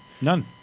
None